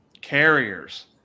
carriers